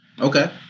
Okay